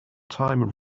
time